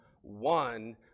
one